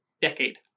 decade